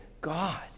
god